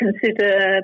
consider